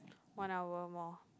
one hour more